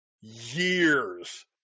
years